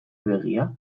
begia